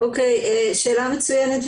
שאלה מצוינת,